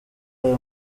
ayo